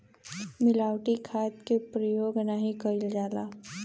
मिलावटी खाद के परयोग नाही कईल जाला